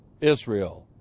Israel